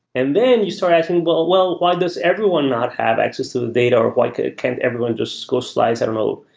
and then you start asking, well, why does everyone not have access to the data or why can't everyone just go slice i don't know,